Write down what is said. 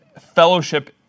fellowship